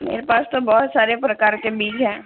میرے پاس تو بہت سارے پرکار کے بیج ہیں